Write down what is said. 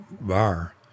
bar